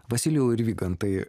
vasilijau ir vygantai